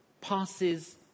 passes